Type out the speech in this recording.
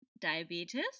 diabetes